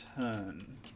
turn